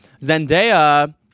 Zendaya